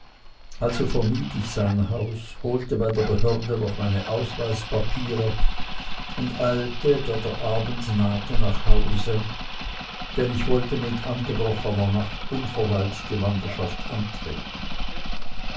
also vermied ich sein haus holte bei der behörde noch meine ausweispapiere und eilte da der abend nahte nach hause denn ich wollte mit angebrochener nacht unverweilt die wanderschaft antreten